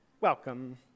welcome